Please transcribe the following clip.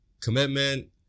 commitment